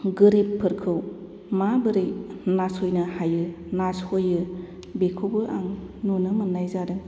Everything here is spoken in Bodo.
गोरिबफोरखौ माबोरै नासयनो हायो नासयो बेखौबो आं नुनो मोन्नाय जादों